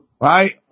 right